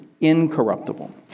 incorruptible